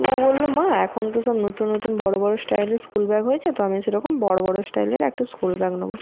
ও বললো মা এখন তো সব নতুন নতুন বড় বড় স্টাইলের স্কুল ব্যাগ হয়েছে তো আমি সেরকম বড় বড় স্টাইলের একটা স্কুল ব্যাগ নেবো